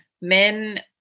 Men